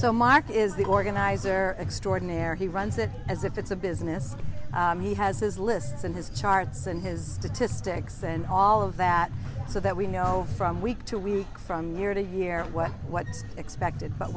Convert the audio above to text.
so mark is the organizer extraordinary he runs it as if it's a business he has his lists and his charts and his statistics and all of that so that we know from week to week from year to year what what's expected but